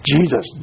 Jesus